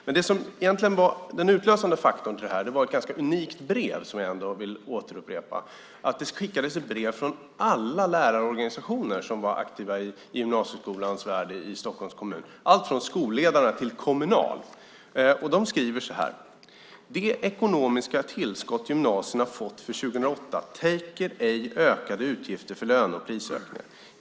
Det som egentligen var den utlösande faktorn är ett ganska unikt brev. Det skickades ett brev från alla lärarorganisationer som är aktiva i gymnasieskolans värld i Stockholms kommun, alltifrån Skolledarna till Kommunal. De skriver så här: Det ekonomiska tillskott gymnasierna fått för 2008 täcker ej ökade utgifter för löne och prisökningar.